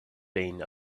been